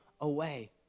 away